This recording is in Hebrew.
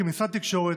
כמשרד תקשורת,